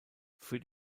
für